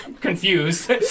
confused